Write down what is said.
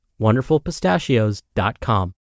WonderfulPistachios.com